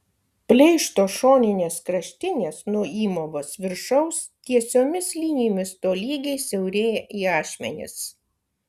pleišto šoninės kraštinės nuo įmovos viršaus tiesiomis linijomis tolygiai siaurėja į ašmenis